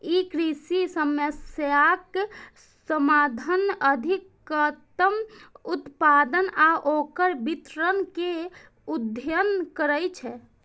ई कृषि समस्याक समाधान, अधिकतम उत्पादन आ ओकर वितरण के अध्ययन करै छै